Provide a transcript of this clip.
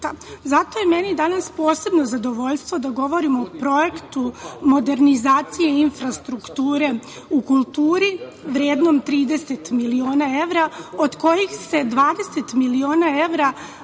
je meni danas posebno zadovoljstvo da govorim o projektu modernizacije infrastrukture u kulturi vrednom 30 miliona evra, od kojih se 20 miliona evra